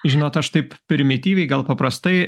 žinot aš taip primityviai gal paprastai